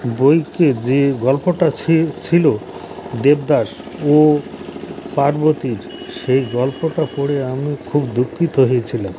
বইকে যে গল্পটা ছিল দেবদাস ও পার্বতীর সেই গল্পটা পড়ে আমি খুব দুঃখিত হয়েছিলাম